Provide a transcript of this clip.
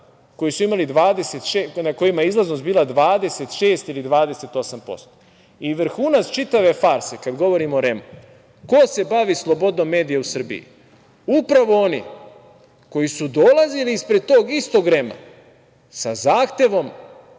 na izborima na kojima je izlaznost bila 26 ili 28%.Vrhunac čitave farse, kada govorim o REM-u, ko se bavi slobodom medija u Srbiji? Upravo oni koji su dolazili ispred tog istog REM-a, sa zahtevom